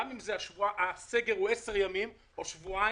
גם אם הסגר הוא לעשרה ימים או שבועיים.